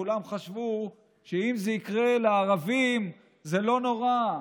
כולם חשבו שאם זה יקרה לערבים זה לא נורא,